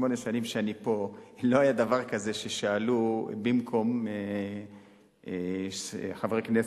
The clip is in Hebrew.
בשמונה השנים שאני פה לא היה דבר כזה ששאלו במקום חבר כנסת.